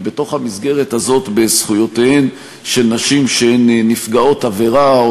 ובתוך המסגרת הזאת בזכויותיהן של נשים נפגעות עבירה או